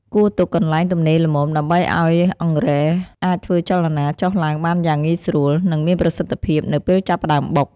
គួរទុកកន្លែងទំនេរល្មម ដើម្បីឱ្យអង្រែអាចធ្វើចលនាចុះឡើងបានយ៉ាងងាយស្រួល និងមានប្រសិទ្ធភាពនៅពេលចាប់ផ្ដើមបុក។